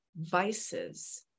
vices